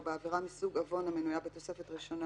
ובעבירה מסוג עוון המנויה בתוספת ראשונה